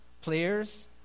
players